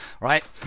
right